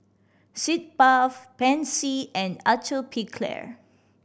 Sitz Bath Pansy and Atopiclair